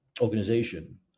organization